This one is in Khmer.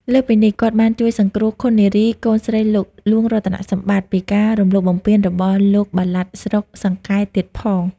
លើសពីនេះ គាត់បានជួយសង្គ្រោះឃុននារី កូនស្រីលោកហ្លួងរតនសម្បត្តិ ពីការរំលោភបំពានរបស់លោកបាឡាត់ស្រុកសង្កែទៀតផង។